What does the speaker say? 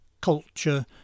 culture